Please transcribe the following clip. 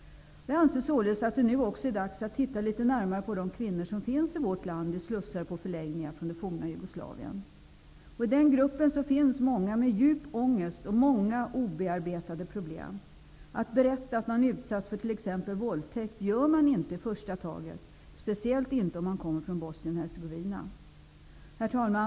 Jag anser således att det nu är dags att också titta litet närmare på de kvinnor från f.d. Jugoslavien som finns i vårt land i slussar och förläggningar. I den gruppen finns många med djup ångest och obearbetade problem. Man berättar inte i första taget att man utsatts för våldtäkt, speciellt inte om man kommer från Bosnien-Hercegovina. Herr talman!